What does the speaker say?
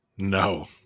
No